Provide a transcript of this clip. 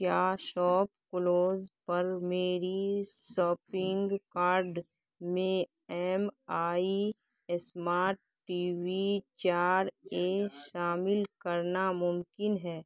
کیا shop close پر میری ساپنگ کاڈ میں M I smart T V چار اے شامل کرنا ممکن ہے